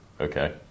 okay